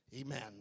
Amen